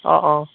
অঁ অঁ